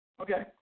Okay